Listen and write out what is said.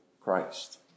Christ